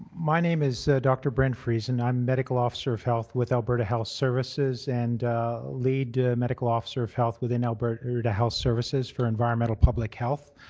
my name is dr. brent friesen. i'm medical officer of health with alberta health services. and lead medical officer of health within alberta health services for environmental public health.